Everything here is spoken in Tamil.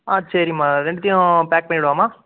ஆ சரிம்மா ரெண்டுத்தையும் பேக் பண்ணிடவாம்மா